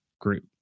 Group